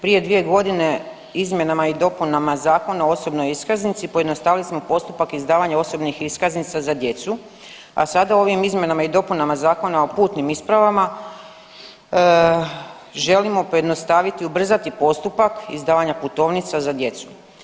Prije 2 godine izmjenama i dopunama Zakona o osobnoj iskaznici pojednostavili smo postupak izdavanja osobnih iskaznica za djecu, a sada ovim izmjenama i dopunama Zakona o putnim isprava želimo pojednostaviti i ubrzati postupak izdavanja putovnica za djecu.